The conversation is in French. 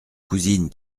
cousine